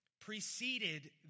preceded